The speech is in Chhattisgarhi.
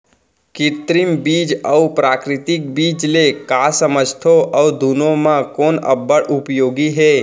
कृत्रिम बीज अऊ प्राकृतिक बीज ले का समझथो अऊ दुनो म कोन अब्बड़ उपयोगी हे?